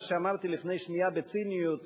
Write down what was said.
מה שאמרתי לפני שנייה בציניות,